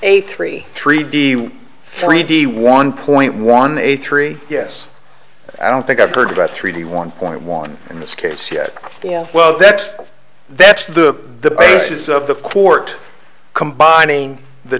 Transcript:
eight three three d three d one point one eight three yes i don't think i've heard about three d one point one in this case yet well that's that's the basis of the court combining the